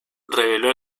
reveló